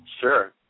Sure